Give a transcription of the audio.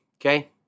Okay